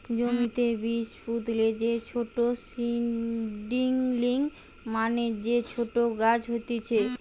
জমিতে বীজ পুতলে যে ছোট সীডলিং মানে যে ছোট গাছ হতিছে